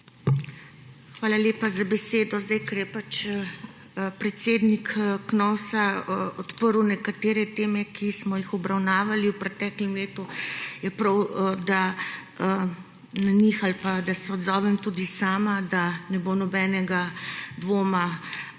Hvala lepa za besedo. Ker je predsednik Knovsa odprl nekatere teme, ki smo jih obravnavali v preteklem letu, je prav, da se odzovem tudi sama, da ne bo nobenega dvoma